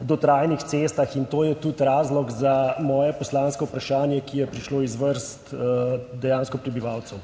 dotrajanih cestah. In to je tudi razlog za moje poslansko vprašanje, ki je prišlo dejansko iz vrst prebivalcev.